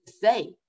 say